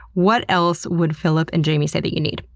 what else would filip and jamie say that you need?